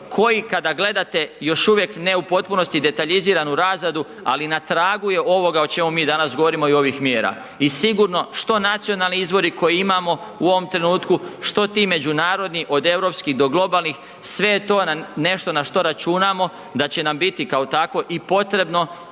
koji kada gledate još uvijek ne u potpunosti detaljiziranu razradu, ali na tragu je ovoga o čemu mi danas govorimo i ovih mjera. I sigurno što nacionalni izvori koje imamo u ovom trenutku, što ti međunarodni od europskih do globalnih sve je to nešto na što računamo da će nam biti kao takvo i potrebno